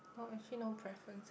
no actually no preference